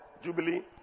Jubilee